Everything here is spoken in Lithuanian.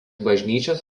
bažnyčios